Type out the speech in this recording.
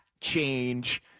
change